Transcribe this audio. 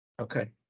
Okay